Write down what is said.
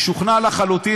משוכנע לחלוטין,